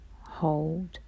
hold